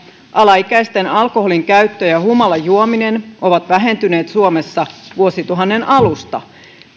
alaikäisten alkoholinkäyttö ja humalajuominen ovat vähentyneet suomessa vuosituhannen alusta